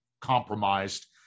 compromised